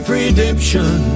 redemption